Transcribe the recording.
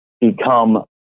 become